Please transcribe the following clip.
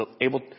able